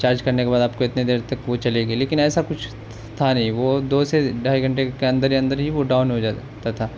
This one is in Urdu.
چارج کرنے کے بعد آپ کو اتنے دیر تک وہ چلے گی لیکن ایسا کچھ تھا نہیں وہ دو سے ڈھائی گھنٹے کے اندر اندر ہی وہ ڈاؤن ہو جاتا تھا